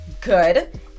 good